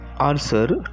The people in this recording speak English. Answer